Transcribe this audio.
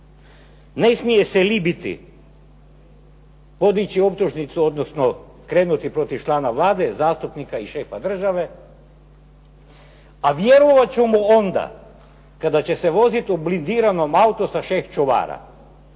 ne smije se libiti podići optužnicu, odnosno krenuti protiv člana Vlade, zastupnika i šefa države, a vjerovat ću mu onda kada će se voziti u blindiranom autu sa 6 čuvara